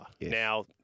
Now